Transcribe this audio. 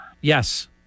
Yes